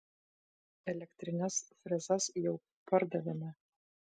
elektrines frezas jau pardavėme